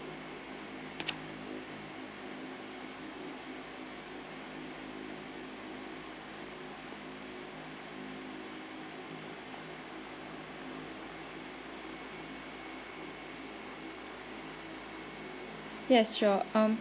yes sure um